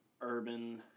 urban